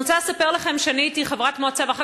אז אני רוצה לספר לכם שאני הייתי חברת מועצה ואחר